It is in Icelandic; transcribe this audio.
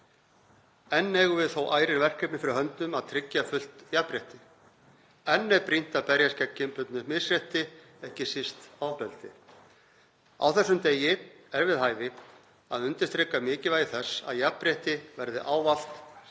Enn eigum við þó ærin verkefni fyrir höndum við að tryggja fullt jafnrétti. Enn er brýnt að berjast gegn kynbundnu misrétti, ekki síst ofbeldi. Á þessum degi er við hæfi að undirstrika mikilvægi þess að jafnrétti verði ávallt,